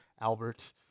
Albert